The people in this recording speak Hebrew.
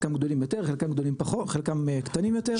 חלקם גדולים יותר חלקם קטנים יותר.